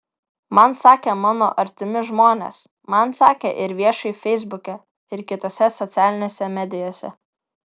man sakė mano artimi žmonės man sakė ir viešai feisbuke ir kitose socialinėse medijose